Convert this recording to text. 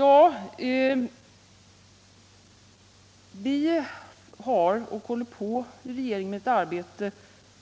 Vi håller i regeringen på med ett arbete